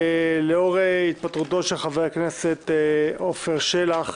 לאור התפטרותו של חבר הכנסת עפר שלח,